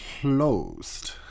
closed